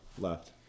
left